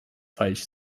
falsch